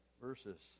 verses